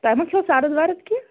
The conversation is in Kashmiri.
تۄہہِ مہَ کھیٚو سرد ورد کینٛہہ